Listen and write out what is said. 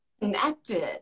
connected